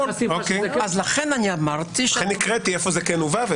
לכן הקראתי איפה כן הובא.